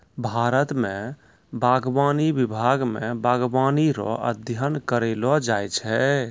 भारत मे बागवानी विभाग मे बागवानी रो अध्ययन करैलो जाय छै